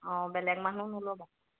অঁ বেলেগ মানুহ নল'ব